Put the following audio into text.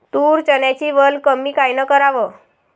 तूर, चन्याची वल कमी कायनं कराव?